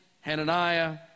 Hananiah